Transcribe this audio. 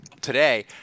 today